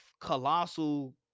colossal